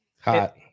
hot